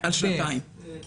מעל לשנתיים.